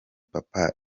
papa